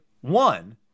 one